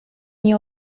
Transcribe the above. nie